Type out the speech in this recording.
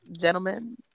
gentlemen